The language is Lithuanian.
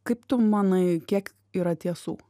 kaip tu manai kiek yra tiesų